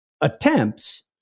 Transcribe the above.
attempts